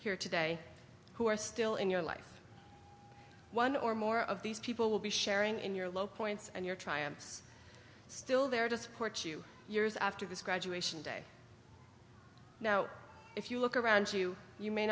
here today who are still in your life one or more of these people will be sharing in your low points and your triumphs still there to support you years after this graduation day now if you look around you you may